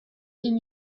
این